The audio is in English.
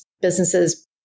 businesses